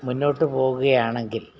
മുന്നോട്ട് പോകുകയാണെങ്കിൽ